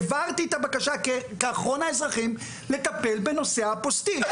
העברתי את הבקשה כאחרון האזרחים לטפל בנושא האפוסטיל.